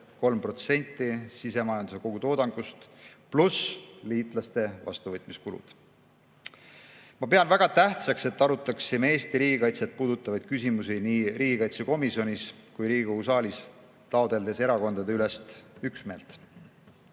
3% sisemajanduse kogutoodangust, pluss liitlaste vastuvõtmise kulud. Ma pean väga tähtsaks, et arutaksime Eesti riigikaitset puudutavaid küsimusi nii riigikaitsekomisjonis kui ka Riigikogu saalis, taotledes erakondadeülest üksmeelt.